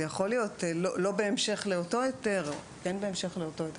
זה יכול להיות לא בהמשך לאותו היתר או כן בהמשך לאותו היתר.